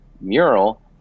mural